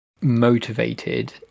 motivated